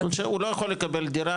הוא לא יכול לקבל דירה,